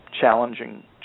challenging